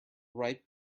ripe